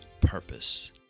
purpose